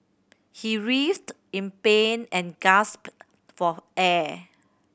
he writhed in pain and gasped for air